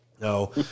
No